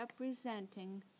representing